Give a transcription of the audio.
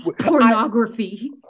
pornography